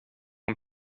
een